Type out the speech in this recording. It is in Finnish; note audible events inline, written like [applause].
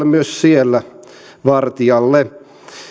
[unintelligible] myös edustaja vartialle siellä